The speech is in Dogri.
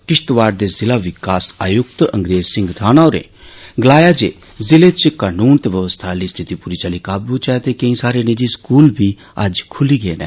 किश्तवाड़ दे जिला विकास आयुक्त अंग्रेज सिंह राणा होरें गलाया जे जिले च कानून ते व्यवस्था आली स्थिति पूरी चाल्ली काबू च ऐ ते केईं सारे नीजि स्कूल बी अज्ज खुल्ली गे न